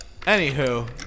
Anywho